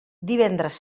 divendres